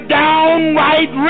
downright